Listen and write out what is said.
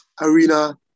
arena